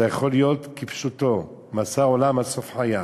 זה יכול להיות כפשוטו: מאסר עולם עד סוף חייו.